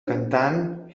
cantant